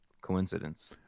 coincidence